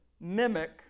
mimic